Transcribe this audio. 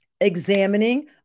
Examining